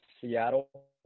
Seattle